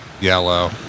yellow